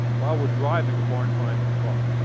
while we're driving a barn find car.